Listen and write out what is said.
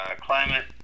climate